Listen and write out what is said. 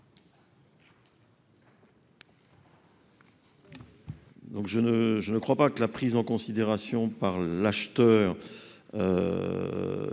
Je ne crois pas que la prise en considération par l'acheteur